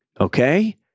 okay